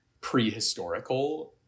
prehistorical